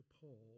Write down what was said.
Paul